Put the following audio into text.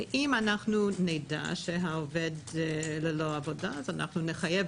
אם אנחנו נדע שהעובד ללא עבודה אנחנו נחייב